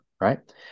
right